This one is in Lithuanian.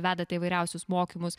vedate įvairiausius mokymus